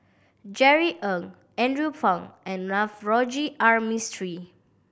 Jerry Ng Andrew Phang and Navroji R Mistri